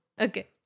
Okay